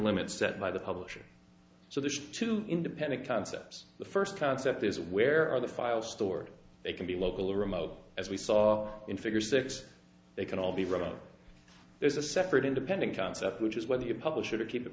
limits set by the publisher so there are two independent concepts the first concept is where are the files stored they can be local or remote as we saw in figure six they can all be right up there is a separate independent concept which is whether your publisher to keep it